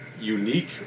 unique